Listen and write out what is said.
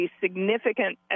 significant